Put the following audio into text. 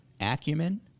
acumen